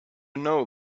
know